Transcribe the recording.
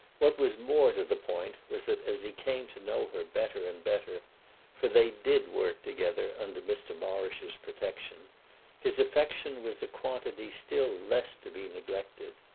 what was more to the point was that as he came to know her better and better for they did work together under mr. morrish's protection his affection was a quantity still less to be neglected.